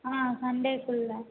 ஆ Sunday குள்ளே